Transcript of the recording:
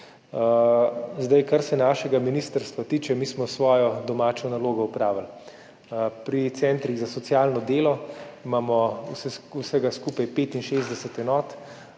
Kar se našega ministrstva tiče, smo mi svojo domačo nalogo opravili. Pri centrih za socialno delo imamo vsega skupaj 65 enot,